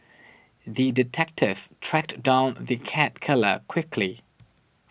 the detective tracked down the cat killer quickly